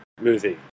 movie